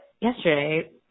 yesterday